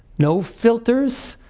no filters,